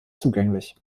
zugänglich